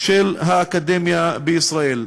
של האקדמיה בישראל.